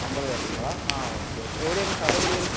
അൻപത് പേർക്കുള്ളതാ അ ഓക്കെ ഓക്കെ എവിടെയായിരുന്നു സ്ഥലം എവിടെയായിരുന്നു